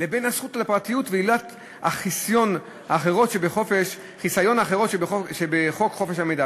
לבין הזכות לפרטיות ועילות חיסיון אחרות שבחוק חופש המידע.